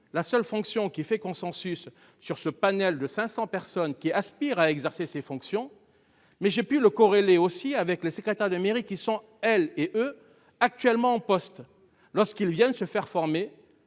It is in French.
la seule fonction qui fait consensus sur ce panel de 500 personnes qui aspirent à exercer ses fonctions. Mais j'ai pu le corréler aussi avec le secrétaire de mairie qui sont elles et eux actuellement en poste lorsqu'il vient se faire former.